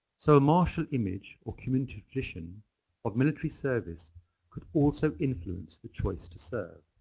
so, a martial image or community tradition of military service could also influence the choice to serve.